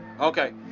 okay